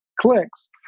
clicks